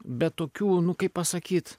bet tokių nu kaip pasakyt